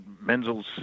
Menzel's